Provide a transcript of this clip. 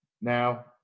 Now